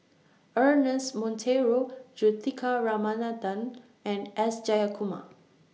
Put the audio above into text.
Ernest Monteiro Juthika Ramanathan and S Jayakumar